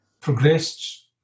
progressed